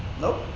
Nope